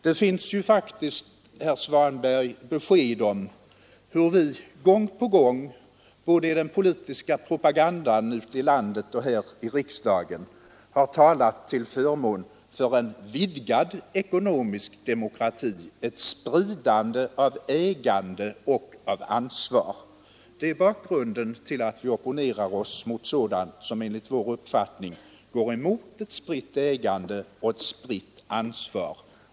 Det finns faktiskt, herr Svanberg, bevis på hur vi gång på gång både i den politiska propagandan ute i landet och här i riksdagen har talat till förmån för en vidgad ekonomisk demokrati, ett spridande av ägande och av ansvar, Det är bakgrunden till att vi opponerar oss mot sådant som enligt vår uppfattning går emot ett spritt ägande och ett spritt ansvar.